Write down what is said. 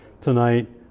tonight